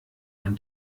ein